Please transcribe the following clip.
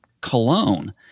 cologne